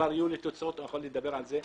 כבר יהיו לי תוצאות ואני אוכל לדבר על זה.